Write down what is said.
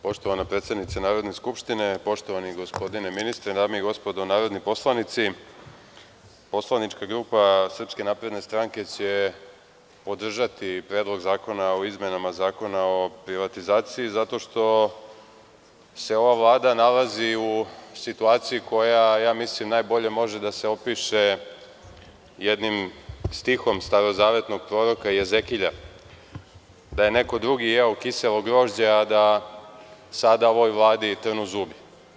Poštovana predsednice Narodne skupštine, poštovani gospodine ministre, dame i gospodo narodni poslanici, poslanička grupa SNS će podržati Predlog zakona o izmenama Zakona o privatizaciji zato što se ova Vlada nalazi u situaciji koja najbolje može da se opiše jednim stihom starozavetnog proroka Jezekilja - da je neko jeo kiselo grožđe, a da sada ovoj Vladi trnu zubi.